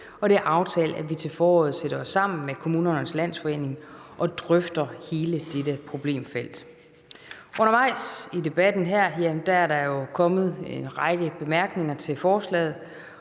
og det er aftalt, at vi til foråret sætter os sammen med Kommunernes Landsforening og drøfter hele dette problemfelt. Undervejs i debatten her er der kommet en række bemærkninger til forslaget,